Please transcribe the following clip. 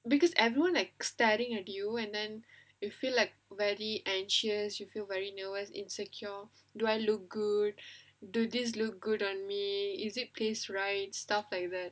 because everyone like staring at you and then you feel like very anxious you feel very nervous insecure do I look good do this look good on me is it place right stuff like that